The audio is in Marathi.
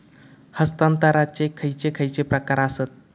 हस्तांतराचे खयचे खयचे प्रकार आसत?